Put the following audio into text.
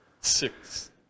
six